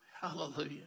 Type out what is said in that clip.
Hallelujah